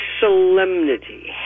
solemnity